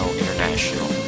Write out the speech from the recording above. international